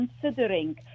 considering